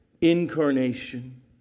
incarnation